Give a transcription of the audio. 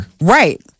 right